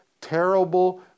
terrible